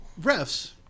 Refs